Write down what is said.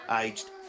aged